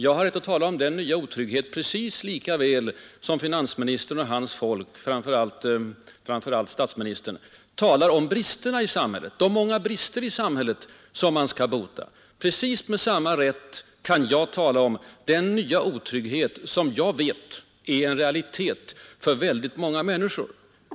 Jag har rätt att tala om den nya otryggheten lika väl som finansministern och hans folk, framför allt statsministern, talar om de många brister i samhället som man skall bota. Precis med samma rätt kan jag tala om den nya otrygghet som jag vet är en realitet för många människor.